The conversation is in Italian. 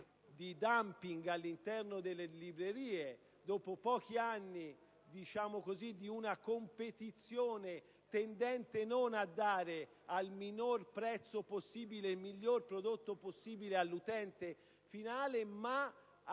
di *dumping* all'interno delle librerie e di una competizione tendente non a dare al minor prezzo possibile il miglior prodotto possibile all'utente finale,